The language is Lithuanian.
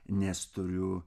nes turiu